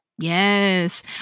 Yes